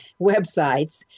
websites